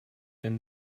then